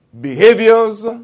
Behaviors